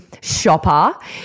shopper